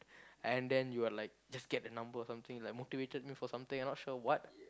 and then you're like just get the number or something like motivated me for something I'm not sure what